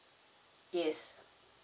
yes